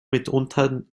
mitunter